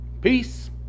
peace